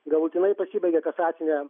galutinai pasibaigė kasacine